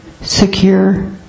secure